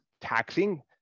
taxing